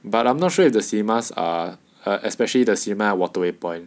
but I'm not sure if the cinemas are especially the cinema at waterway point